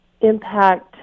impact